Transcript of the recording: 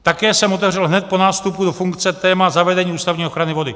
Také jsem otevřel hned po nástupu do funkce téma zavedení ústavní ochrany vody.